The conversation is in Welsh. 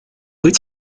wyt